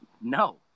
No